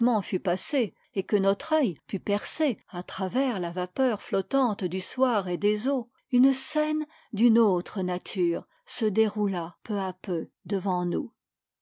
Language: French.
fut passé et que notre œil put percer à travers la vapeur flottante du soir et des eaux une scène d'une autre nature se déroula peu à peu devant nous